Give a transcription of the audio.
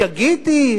שגיתי,